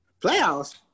Playoffs